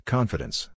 Confidence